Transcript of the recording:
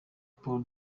paulo